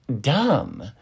dumb